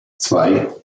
zwei